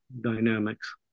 dynamics